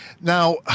Now